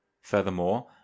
Furthermore